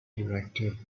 directed